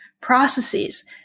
processes